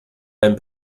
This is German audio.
beim